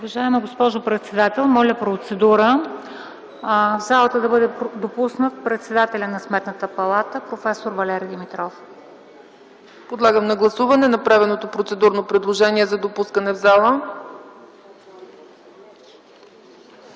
Подлагам на гласуване направеното процедурно предложение за допускане в залата.